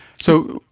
so